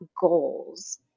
goals